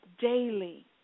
daily